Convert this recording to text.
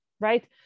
right